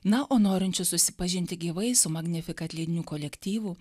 na o norinčius susipažinti gyvai su magnifikat leidinių kolektyvu